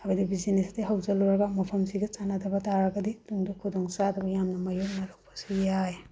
ꯍꯥꯏꯕꯗꯤ ꯕꯤꯖꯤꯅꯦꯁꯇꯤ ꯍꯧꯖꯤꯜꯂꯨꯔꯒ ꯃꯐꯝꯁꯤꯒ ꯆꯥꯟꯅꯗꯕ ꯇꯥꯔꯒꯗꯤ ꯇꯨꯡꯗ ꯈꯨꯗꯣꯡ ꯆꯥꯗꯕ ꯌꯥꯝꯅ ꯃꯥꯏꯌꯣꯛꯅꯔꯛꯄꯁꯨ ꯌꯥꯏ